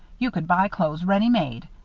you could buy clothes ready-made.